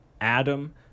Adam